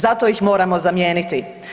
Zato ih moramo zamijeniti.